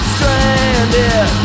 Stranded